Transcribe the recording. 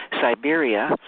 Siberia